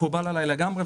מקובל עליי לגמרי,